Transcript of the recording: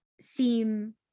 seem